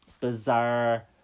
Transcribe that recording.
bizarre